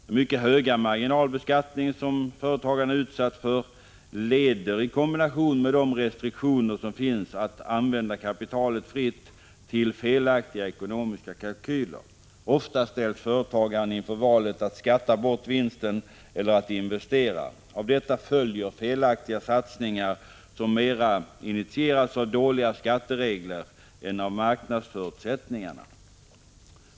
Den mycket höga marginalbeskattning som företagaren är utsatt för leder, i kombination med de restriktioner som finns för att använda kapitalet fritt, till felaktiga ekonomiska kalkyler. Ofta ställs företagaren inför valet att skatta bort vinsten eller att investera. Av detta följer felaktiga satsningar som initieras mer av dåliga skatteregler än av marknadsförutsättningarna.